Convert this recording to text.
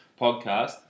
podcast